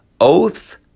oaths